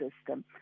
system